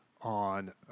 on